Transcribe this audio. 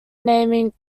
naming